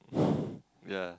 yeah